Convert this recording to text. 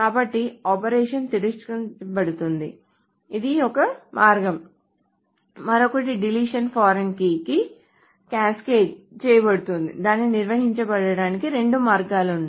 కాబట్టి ఆపరేషన్ తిరస్కరించబడింది అది ఒక మార్గం మరొకటి డిలీషన్ ఫారిన్ కీ కి క్యాస్కేడ్ చేయబడింది దీనిని నిర్వహించడానికి రెండు మార్గాలు ఉన్నాయి